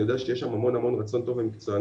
אני שיש שם המון רצון טוב ומקצוענות,